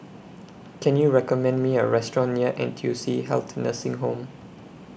Can YOU recommend Me A Restaurant near N T U C Health Nursing Home